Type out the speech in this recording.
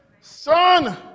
son